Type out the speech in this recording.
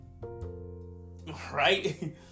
Right